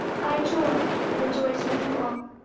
i joy, and rejoice with you all.